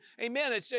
amen